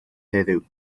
heddiw